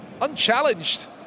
unchallenged